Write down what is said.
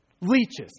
Leeches